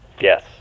Yes